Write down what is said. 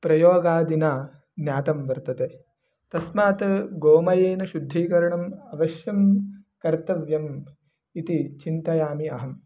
प्रयोगादिना ज्ञातं वर्तते तस्मात् गोमयेन शुद्धीकरणम् अवश्यं कर्तव्यम् इति चिन्तयामि अहं